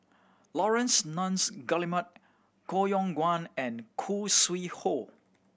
Laurence Nunns Guillemard Koh Yong Guan and Khoo Sui Hoe